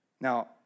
Now